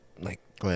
like-